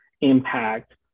impact